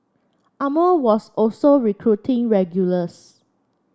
Armour was also recruiting regulars